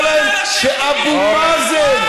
ואמר להם שאבו מאזן,